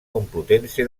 complutense